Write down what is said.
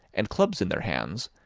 and clubs in their hands,